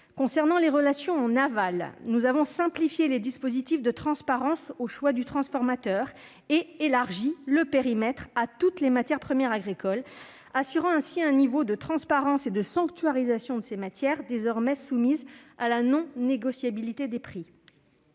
Concernant les relations en aval, nous avons simplifié les dispositifs de transparence au choix du transformateur et élargi le périmètre à toutes les matières premières agricoles, assurant ainsi un niveau de transparence et de sanctuarisation de ces matières, désormais soumises à la non-négociabilité des prix.